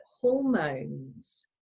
hormones